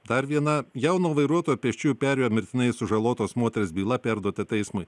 dar viena jauno vairuotojo pėsčiųjų perėjoje mirtinai sužalotos moters byla perduota teismui